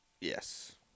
yes